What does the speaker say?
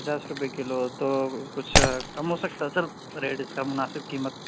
پچاس روپے کلو تو کچھ کم ہو سکتا ہے سر ریٹ اس کا مناسب قیمت